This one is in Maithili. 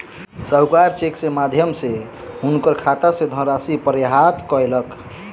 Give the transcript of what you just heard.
साहूकार चेक के माध्यम सॅ हुनकर खाता सॅ धनराशि प्रत्याहृत कयलक